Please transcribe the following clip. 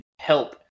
help